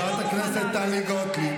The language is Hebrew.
חברת הכנסת טלי גוטליב.